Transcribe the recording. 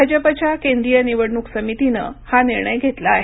भाजपच्या केंद्रीय निवडणूक समितीनं हा निर्णय घेतला आहे